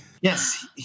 Yes